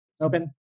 Open